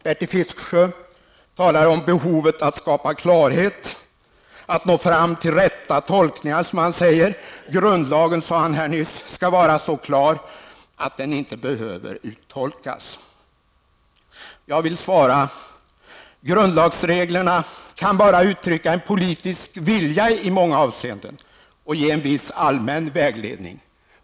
Bertil Fiskesjö talar om behovet av att skapa klarhet, att nå fram till rätta tolkningar, som han säger. Grundlagen, sade han nyss, skall vara så klar att den inte behöver uttolkas. Jag vill svara: Grundlagsreglerna kan bara uttrycka en politisk vilja i många avseenden och ge viss allmän vägledning.